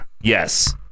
yes